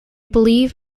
believe